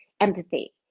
empathy